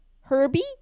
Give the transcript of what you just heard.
Herbie